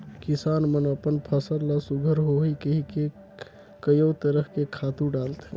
किसान मन अपन फसल ल सुग्घर होही कहिके कयो तरह के खातू डालथे